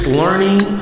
learning